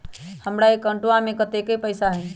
हमार अकाउंटवा में कतेइक पैसा हई?